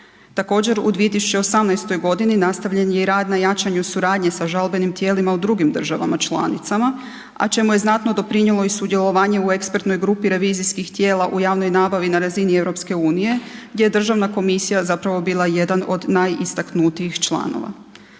Također u 2018. godini nastavljen je i rad na jačanju suradnje sa žalbenim tijelima u drugim državama članicama, a čemu je znatno doprinijelo i sudjelovanje u ekspertnoj grupi revizijskih tijela u javnoj nabavi na razini EU gdje je državna komisija zapravo bila jedan od najistaknutijih članova.